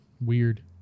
weird